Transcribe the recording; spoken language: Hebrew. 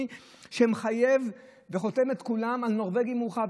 שמחייב את כולם על נורבגי מורחב.